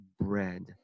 bread